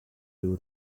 will